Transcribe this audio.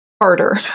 harder